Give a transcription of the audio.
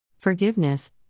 Forgiveness